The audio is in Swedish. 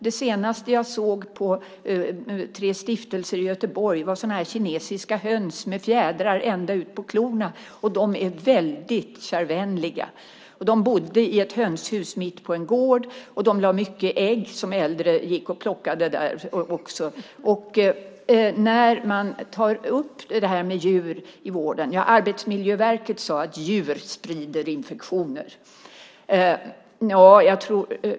Det senaste jag såg på Tre Stiftelser i Göteborg var kinesiska höns med fjädrar ända ut på klorna, och de är väldigt kärvänliga. De bodde i ett hönshus mitt på en gård, och de lade mycket ägg som äldre gick och plockade där. Arbetsmiljöverket sade att djur sprider infektioner.